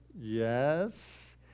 yes